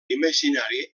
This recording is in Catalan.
imaginari